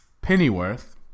Pennyworth